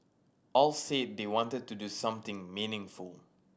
all said they wanted to do something meaningful